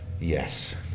Yes